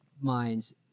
minds